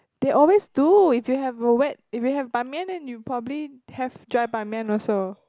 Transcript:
they always do if you have a wet if you have Ban-Mian then you probably have dry Ban-Mian also